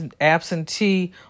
absentee